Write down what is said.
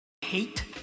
hate